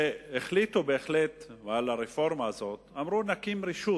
כשהחליטו על הרפורמה הזאת, אמרו: נקים רשות,